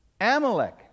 Amalek